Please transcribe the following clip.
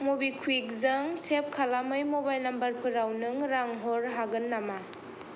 मबिक्वुइकजों सेब खालामै मबाइल नाम्बारफोराव नों रां हर हागोन नामा